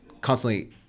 constantly